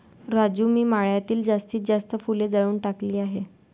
राजू मी मळ्यातील जास्तीत जास्त फुले जाळून टाकली आहेत